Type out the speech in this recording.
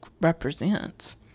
represents